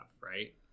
right